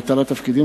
(הטלת תפקידים),